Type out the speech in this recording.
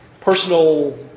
personal